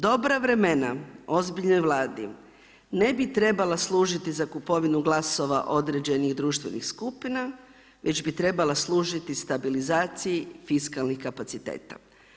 Dobra vremena ozbiljnoj Vladi ne bi trebala služiti za kupovinu glasova određenih društvenih skupina, već bi trebala služiti stabilizaciji fiskalnih kapaciteta.